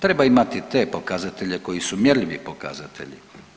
Treba imati te pokazatelje koji su mjerljivi pokazatelji.